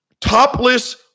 Topless